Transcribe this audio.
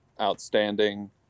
outstanding